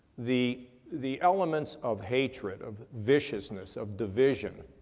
the, the elements of hatred, of viciousness, of division,